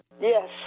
Yes